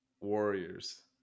Warriors